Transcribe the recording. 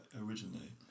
originally